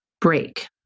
break